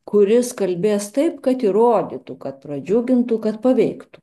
kuris kalbės taip kad įrodytų kad pradžiugintų kad paveiktų